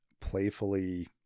playfully